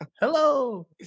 Hello